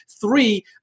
Three